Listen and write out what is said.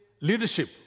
leadership